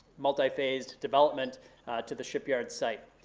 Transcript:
multi-phased development to the shipyard site.